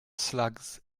slugs